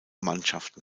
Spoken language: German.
mannschaften